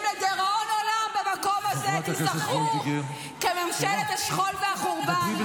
אתם תיזכרו במקום הזה לדיראון עולם כממשלת השכול והחורבן.